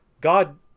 god